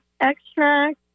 extract